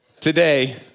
today